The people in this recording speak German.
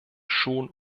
schon